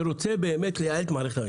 שרוצה לייעל את מערכת המשפט.